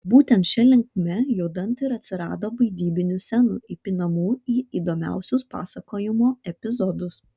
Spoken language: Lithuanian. būtent šia linkme judant ir atsirado vaidybinių scenų įpinamų į įdomiausius pasakojimo epizodus